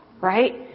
right